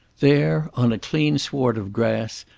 there, on a clean sward of grass,